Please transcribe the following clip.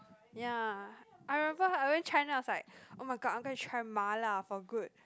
ya I remember I went China I was like oh-my-god I'm gonna try mala for good